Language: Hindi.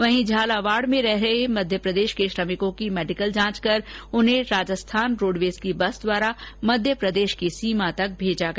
वहीं झलावाड में रह रहे मध्यप्रदेश के श्रमिकों की मेडिकल जांच कर उन्हें राजस्थान रोडवेज की बस द्वारा मध्यप्रदेश की सीमा तक भेजा गया